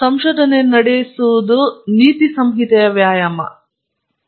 ಸಂಶೋಧನೆಯ ಫಲಿತಾಂಶಗಳು ನೈತಿಕವಾಗಿ ತಟಸ್ಥವಾಗಿವೆ ಆದರೆ ಅದರ ಅನ್ವಯಗಳ ಬಗ್ಗೆ ಸಂಶೋಧಕರು ತಟಸ್ಥವಾಗಿ ಉಳಿಯಲು ಸಾಧ್ಯವಿಲ್ಲ